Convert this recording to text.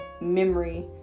memory